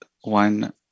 one